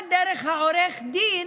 ולדעת דרך העורך דין